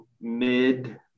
mid